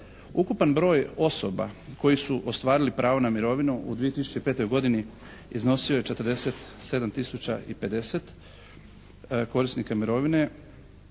Ukupan broj osoba koji su ostvarili pravo na mirovinu u 2005. godini iznosio je 47 tisuća i 50 korisnika mirovine